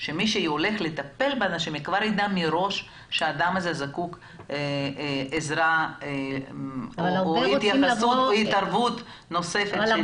שמי שהולך לטפל באנשים יידע מראש שהאדם הזה זקוק לעזרה או התערבות נוספת.